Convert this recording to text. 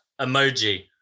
emoji